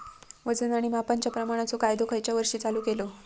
वजन आणि मापांच्या प्रमाणाचो कायदो खयच्या वर्षी चालू केलो?